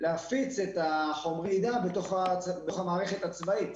להפיץ את החומר במערכת הצבאית.